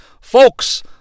Folks